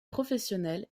professionnel